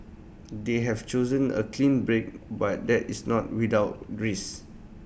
they have chosen A clean break but that is not without risk